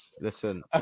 Listen